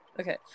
Okay